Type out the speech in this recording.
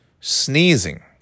sneezing